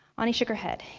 anie shook her head.